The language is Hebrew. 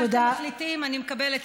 מה שאתם מחליטים, אני מקבלת.